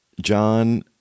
John